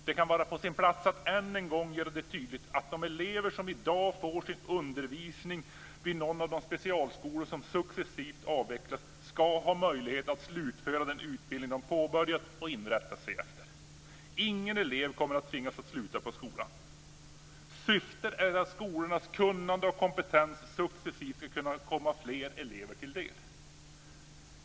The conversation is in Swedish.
Det kan vara på sin plats att än en gång göra det tydligt att de elever som i dag får sin undervisning vid någon av de specialskolor som successivt avvecklas ska ha möjlighet att slutföra den utbildning som de har påbörjat och inrättat sig efter. Ingen elev kommer att tvingas att sluta på skolan. Syftet är att skolornas kunnande och kompetens successivt ska kunna komma fler elever till del.